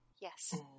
yes